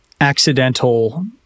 accidental